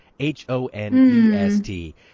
H-O-N-E-S-T